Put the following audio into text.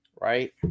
Right